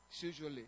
usually